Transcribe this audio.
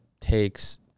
takes